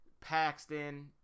Paxton